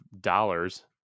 dollars